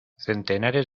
centenares